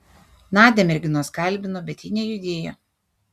nadią merginos kalbino bet ji nejudėjo